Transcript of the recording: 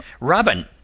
Robin